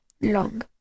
long